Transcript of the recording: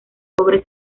cobre